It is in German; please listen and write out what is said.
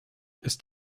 ist